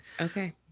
Okay